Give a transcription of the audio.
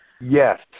Yes